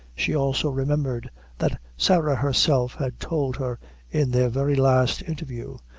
she also remembered that sarah herself had told her in their very last interview,